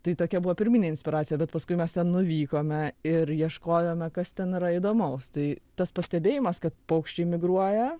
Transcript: tai tokia buvo pirminė inspiracija bet paskui mes ten nuvykome ir ieškojome kas ten yra įdomaus tai tas pastebėjimas kad paukščiai migruoja